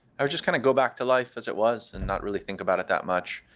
i would just kind of go back to life as it was and not really think about it that much.